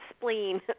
spleen